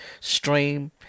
stream